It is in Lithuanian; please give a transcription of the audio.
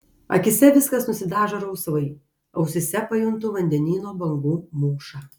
akyse viskas nusidažo rausvai ausyse pajuntu vandenyno bangų mūšą